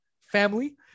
family